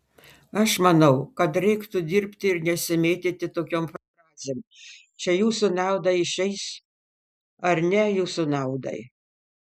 aš manau kad reiktų dirbti ir nesimėtyti tokiom frazėm čia jūsų naudai išeis ar ne jūsų naudai